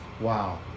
Wow